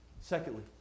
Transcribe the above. Secondly